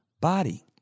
body